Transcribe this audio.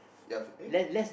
yeah eh